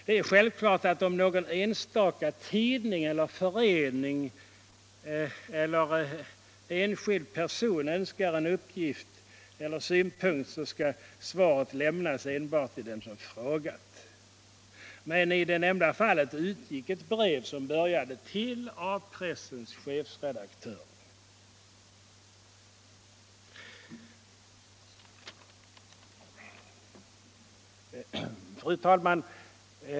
Det är självklart att om någon enstaka tidning, förening eller enskild person önskar en uppgift eller en synpunkt, så skall svaret lämnas endast till den som har frågat. I det nämnda fallet utgick ett brev som började: ”Till A-pressens chefredaktörer.” Fru talman!